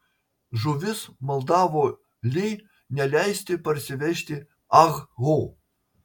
žuvis maldavo li neleisti parsivežti ah ho